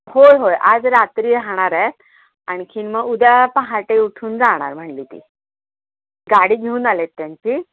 होय होय आज रात्री राहणार आहेत आणखीन मग उद्या पहाटे उठून जाणार म्हणाली ती गाडी घेऊन आले आहेत त्यांची